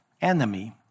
enemy